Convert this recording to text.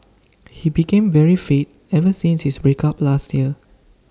he became very fit ever since his break up last year